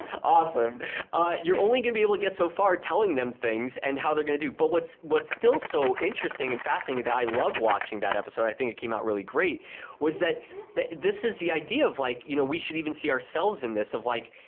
awesome you're only going to be able to get so far telling them things and how they're going to do but what's what's still so interesting and fascinating that i love watching that episode? think it came out really great was that that this is the idea of like you know we should even see ourselves in this of like